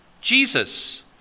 Jesus